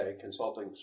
Consulting